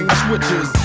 switches